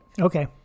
Okay